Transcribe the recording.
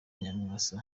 nyamwasa